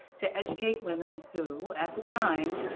to educate women who, at the time,